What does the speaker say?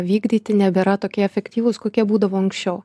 vykdyti nebėra tokie efektyvūs kokie būdavo anksčiau